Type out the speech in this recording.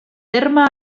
terme